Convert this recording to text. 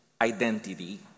identity